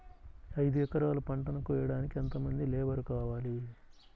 ఐదు ఎకరాల పంటను కోయడానికి యెంత మంది లేబరు కావాలి?